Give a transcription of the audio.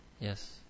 yes